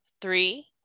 three